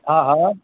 हा हा